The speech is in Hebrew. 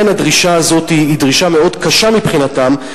הדרישה הזאת היא דרישה מאוד קשה מבחינתם,